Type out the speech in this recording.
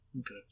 Okay